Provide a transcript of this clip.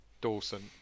Dawson